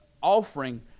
offering